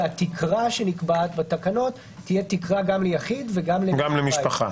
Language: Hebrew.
שהתקרה שנקבעת בתקנות תהיה גם ליחיד וגם למשפחה.